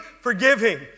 forgiving